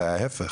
אלא ההפך: